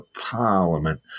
parliament